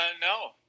No